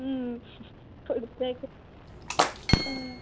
കൊടുത്തേക്ക് ആ